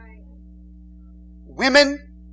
women